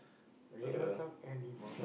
we don't talk anymore